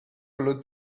allowed